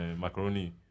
Macaroni